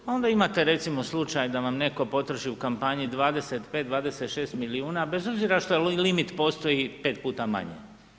Pa onda imate recimo slučaj da vam netko potroši u kampanji 25, 26 milijuna bez obzira što limit postoji 5 puta manje.